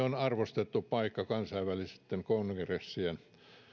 on arvostettu paikka kansainvälisten kongressien